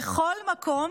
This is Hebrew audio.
בכל מקום